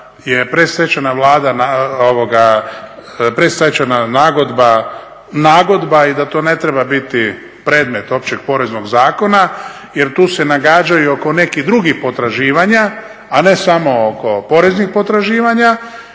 je predstečajna nagodba nagodba i da to ne treba biti predmet Općeg poreznog zakona jer tu se nagađaju oko nekih drugih potraživanja, a ne samo oko poreznih potraživanja,